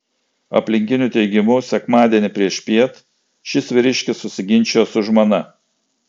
aplinkinių teigimu sekmadienį priešpiet šis vyriškis susiginčijo su žmona